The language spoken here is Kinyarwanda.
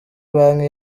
banki